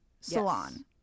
salon